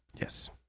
yes